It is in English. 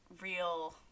Real